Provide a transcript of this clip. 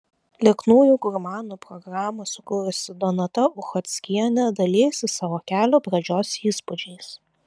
lieknųjų gurmanų programą sukūrusi donata uchockienė dalijasi savo kelio pradžios įspūdžiais